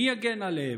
מי יגן עליהם?